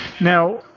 Now